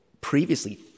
previously